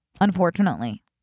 unfortunately